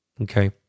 Okay